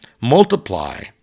multiply